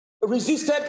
resisted